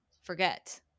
forget